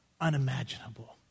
unimaginable